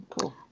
Cool